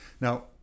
Now